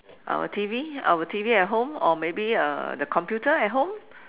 our T_V our T_V at home or maybe uh the computer at home